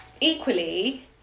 equally